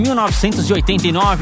1989